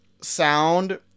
sound